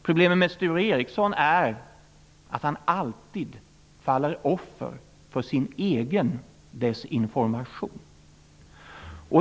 Problemet med Sture Ericson är att han alltid faller offer för sin egen desinformation.